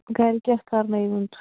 گرِ کیٛاہ کرنٲے ہُن